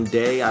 day